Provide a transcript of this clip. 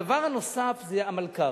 הדבר הנוסף זה המלכ"רים.